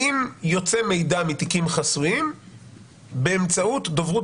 האם יוצא מידע מתיקים חסויים באמצעות דוברות